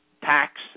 tax